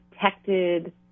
protected